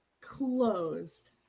closed